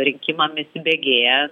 rinkimam įsibėgėjant